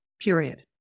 period